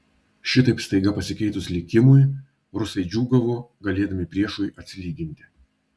šitaip staiga pasikeitus likimui rusai džiūgavo galėdami priešui atsilyginti